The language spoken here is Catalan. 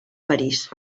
parís